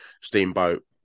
Steamboat